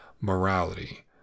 morality